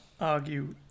argue